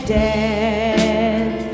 death